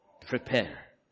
prepare